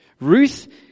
Ruth